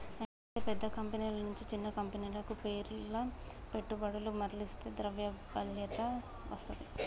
అయితే పెద్ద కంపెనీల నుంచి చిన్న కంపెనీలకు పేర్ల పెట్టుబడులు మర్లిస్తే ద్రవ్యలభ్యత వస్తది